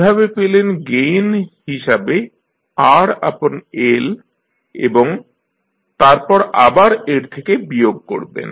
এভাবে পেলেন গেইন হিসাবে RL এবং তারপর আবার এর থেকে বিয়োগ করবেন